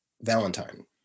Valentine